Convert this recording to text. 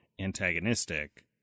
antagonistic